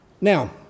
Now